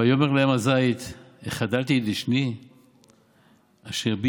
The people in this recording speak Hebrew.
ויאמר להם הזית החדלתי את דשני אשר בי